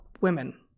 women